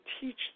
teach